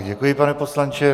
Děkuji, pane poslanče.